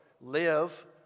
live